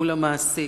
מול המעסיק,